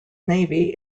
navy